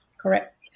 Correct